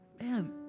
man